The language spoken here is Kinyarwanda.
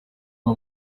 iri